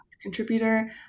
contributor